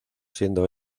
siendo